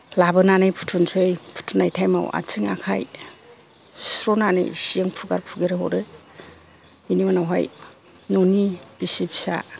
लाबोनानै फुथुनोसै फुथुनाय टाइमाव आथिं आखाइ सुस्र'नानै सिजों फुगार फुगार हरो बिनि उनावहाय न'नि बिसि फिसा